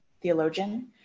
theologian